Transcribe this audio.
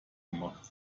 gemacht